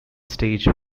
stage